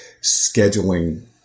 scheduling